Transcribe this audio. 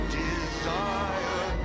desire